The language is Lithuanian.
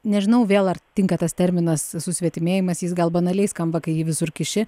nežinau vėl ar tinka tas terminas susvetimėjimas jis gal banaliai skamba kai jį visur kiši